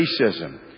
racism